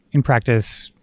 in practice,